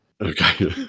Okay